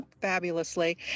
fabulously